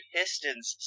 Pistons